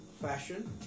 fashion